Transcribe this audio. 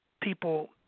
people –